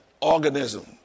Organism